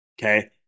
Okay